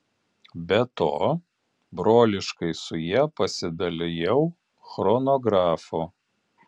be to broliškai su ja pasidalijau chronografu